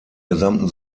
gesamten